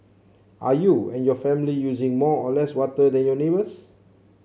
are you and your family using more or less water than your neighbours